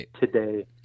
today